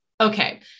okay